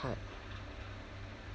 uh